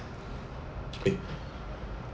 eh